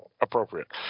appropriate